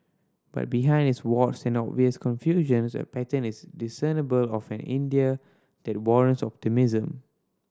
but behind its warts and obvious confusions a pattern is discernible of an India that warrants optimism